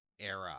era